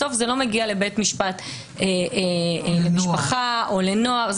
בסוף זה לא מגיע לבית משפט למשפחה או לנוער,